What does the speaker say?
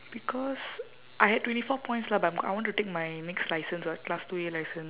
because I had twenty four points lah but I'm I want to take my next license [what] class two A license